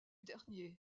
dernier